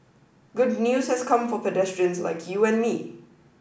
good news has come for pedestrians like you and me